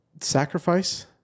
sacrifice